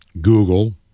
Google